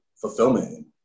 fulfillment